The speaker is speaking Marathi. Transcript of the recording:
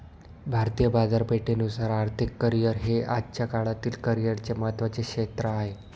भारतीय बाजारपेठेनुसार आर्थिक करिअर हे आजच्या काळातील करिअरचे महत्त्वाचे क्षेत्र आहे